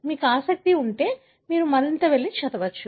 మీకు ఆసక్తి ఉంటే మీరు వెళ్లి మరింత చదవవచ్చు